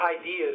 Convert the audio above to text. ideas